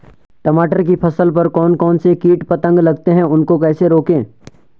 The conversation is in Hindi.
टमाटर की फसल पर कौन कौन से कीट पतंग लगते हैं उनको कैसे रोकें?